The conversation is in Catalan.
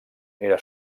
era